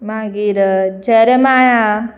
मागीर जेरमाया